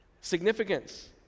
significance